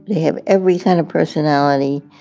have every set of personality.